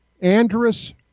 Andrus